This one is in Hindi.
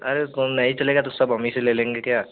अरे तो नहीं चलेगा तो सब हम ही से ले लेंगे क्या